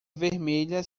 vermelha